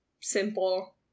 Simple